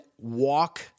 walk